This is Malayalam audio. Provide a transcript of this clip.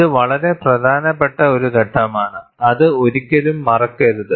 ഇത് വളരെ പ്രധാനപ്പെട്ട ഒരു ഘട്ടമാണ് അത് ഒരിക്കലും മറക്കരുത്